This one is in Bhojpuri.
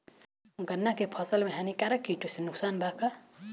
गन्ना के फसल मे हानिकारक किटो से नुकसान बा का?